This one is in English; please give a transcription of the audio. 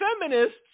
feminists